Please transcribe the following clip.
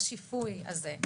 בשיפוי הזה,